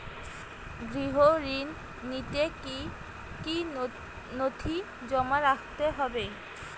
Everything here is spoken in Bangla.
গৃহ ঋণ নিতে কি কি নথি জমা রাখতে হবে?